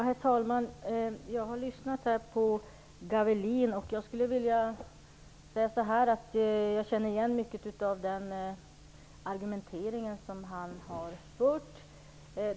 Herr talman! Jag har lyssnat på Torsten Gavelin och känner igen mycket av den argumentering som han har fört.